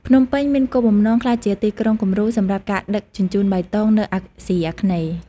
ភ្នំពេញមានគោលបំណងក្លាយជាទីក្រុងគំរូសម្រាប់ការដឹកជញ្ជូនបៃតងនៅអាស៊ីអាគ្នេយ៍។